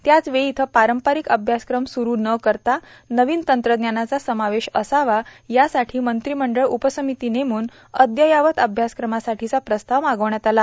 त्याचवेळी इथं पारंपरिक अभ्यासक्रम स्रुन करता नवीन तंत्रज्ञानाचा समावेश असावा यासाठी मंत्रिमंडळ उपसमिती नेमून अद्यावत अभ्यासक्रमासाठीचा प्रस्ताव मागविण्यात आला